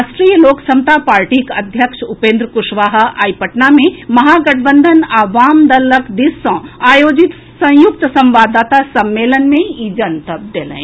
राष्ट्रीय लोक समता पार्टीक अध्यक्ष उपेन्द्र कुशवाहा आइ पटना मे महागठबंधन आ वामदल दिस सँ आयोजित संयुकत संवाददाता सम्मेलन मे ई जनतब देलनि